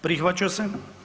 Prihvaća se.